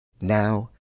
Now